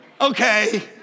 okay